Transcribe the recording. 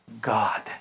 God